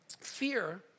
fear